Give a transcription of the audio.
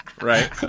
Right